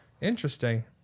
Interesting